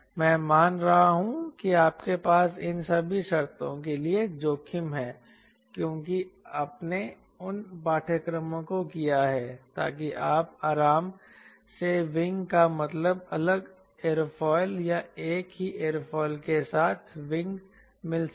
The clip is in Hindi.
मैं मान रहा हूं कि आपके पास इन सभी शर्तों के लिए जोखिम है क्योंकि आपने उन पाठ्यक्रमों को किया है ताकि आपको आराम से विंग का मतलब अलग एयरोफिल या एक ही एयरोफिल के साथ विंग मिल सके